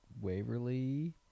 Waverly